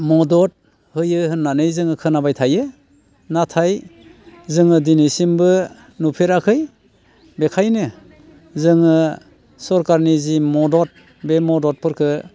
मदद होयो होननानै जोङो खोनाबाय थायो नाथाय जोङो दिनैसिमबो नुफेराखै बेनिखायनो जोङो सोरखारनि जि मदद बे मददफोरखौ